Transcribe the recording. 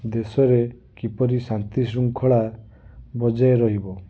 ଦେଶ ରେ କିପରି ଶାନ୍ତି ଶୃଙ୍ଖଳା ବଜାୟ ରହିବ